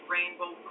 Rainbow